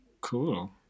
Cool